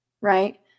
right